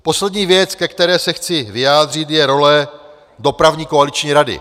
Poslední věc, ke které se chci vyjádřit, je role dopravní koaliční rady.